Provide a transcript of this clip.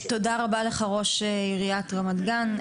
תודה רבה לך ראש עיריית רמת גן,